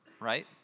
right